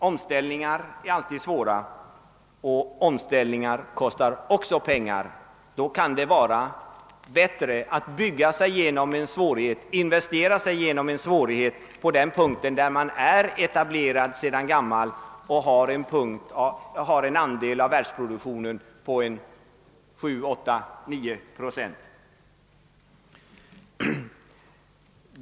Omställningar är alltid svåra att genomföra, och omställningar kostar också pengar. Då kan det vara bättre att bygsa sig genom en svårighet, investera sig igenom en svårighet på den punkt där man är etablerad sedan gammalt och har en andel av världsproduktionen på 7, 8 eller 9 procent.